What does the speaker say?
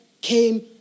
came